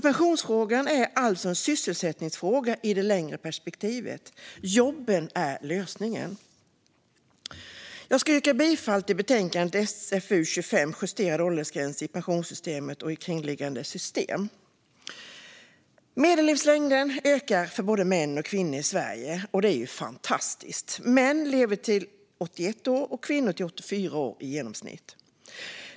Pensionsfrågan är alltså en sysselsättningsfråga i det längre perspektivet. Jobben är lösningen. Jag yrkar bifall till utskottets förslag i betänkandet SfU25 Justerade åldersgränser i pensionssystemet och i kringliggande system . Medellivslängden ökar för både män och kvinnor i Sverige. Det är fantastiskt. I genomsnitt lever män till 81 och kvinnor till 84 år.